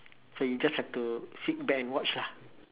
so you just have to sit back and watch lah